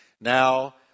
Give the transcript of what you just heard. now